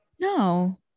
No